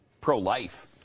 pro-life